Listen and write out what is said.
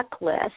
checklist